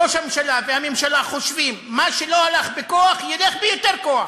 ראש הממשלה והממשלה חושבים שמה שלא הלך בכוח ילך ביותר כוח.